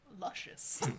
luscious